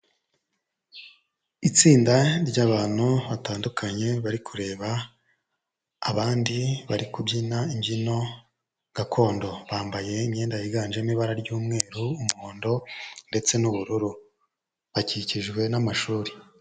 Itsinda ry'abantu batandukanye bari kureba abandi bari kubyina imbyino gakondo, bambaye imyenda yiganjemo ibara ry'umweru, umuhondo ndetse n'ubururu, bakikijwe n'amashuri.